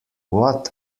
what